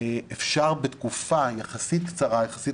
שאפשר בתקופה קצרה יחסית,